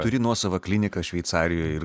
turi nuosavą kliniką šveicarijoj ir